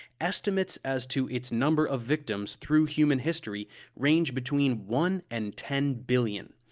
estimates as to its number of victims through human history range between one and ten billion.